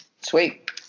Sweet